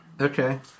Okay